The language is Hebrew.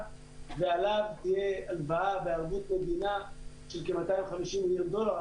ועליו תהיה הלוואה בערבות מדינה של כ-250 מיליון דולר,